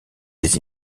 des